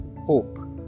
Hope